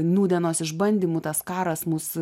nūdienos išbandymų tas karas mus